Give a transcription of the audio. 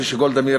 כשגולדה מאיר